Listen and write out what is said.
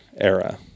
era